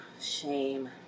Shame